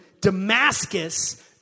Damascus